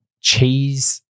cheese